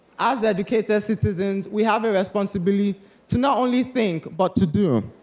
as educated citizens, we have a responsibility to not only think, but to do.